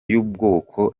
y’ubwonko